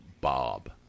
Bob